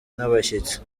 n’abashyitsi